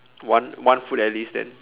one one food at least then